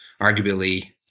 arguably